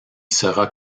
sera